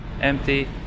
empty